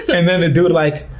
and then the dude's like,